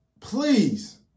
Please